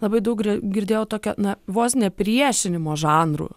labai daug girdėjau tokio na vos ne priešinimo žanrų